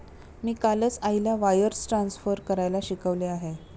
मी कालच आईला wires transfer करायला शिकवले आहे